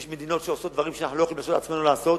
ויש מדינות שעושות דברים שאנחנו לא יכולים בעצמנו לעשות.